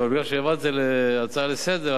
אבל מכיוון שהעברת את זה להצעה לסדר-היום